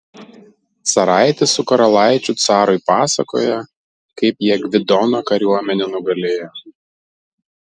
caraitis su karalaičiu carui pasakoja kaip jie gvidono kariuomenę nugalėjo